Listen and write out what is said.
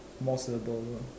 more syllables lor